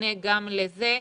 ומענה גם לזה.